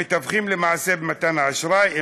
המתווכים למעשה במתן האשראי,